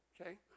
okay